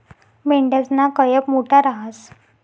मेंढयासना कयप मोठा रहास